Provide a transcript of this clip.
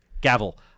gavel